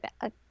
bad